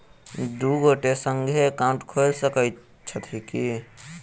दु गोटे संगहि एकाउन्ट खोलि सकैत छथि की?